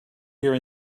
here